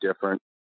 different